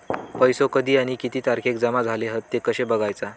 पैसो कधी आणि किती तारखेक जमा झाले हत ते कशे बगायचा?